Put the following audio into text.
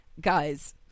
guys